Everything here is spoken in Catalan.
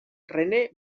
rené